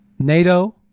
NATO